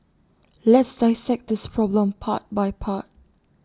let's dissect this problem part by part